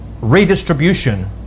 redistribution